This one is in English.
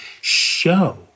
show